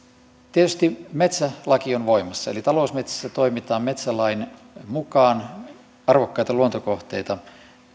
tietysti metsälaki on voimassa eli talousmetsissä toimitaan metsälain mukaan arvokkaita luontokohteita